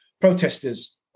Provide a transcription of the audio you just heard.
protesters